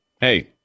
hey